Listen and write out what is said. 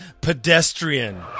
Pedestrian